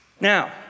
Now